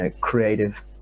creative